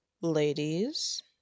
Ladies